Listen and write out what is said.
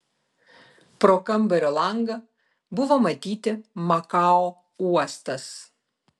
pro kambario langą buvo matyti makao uostas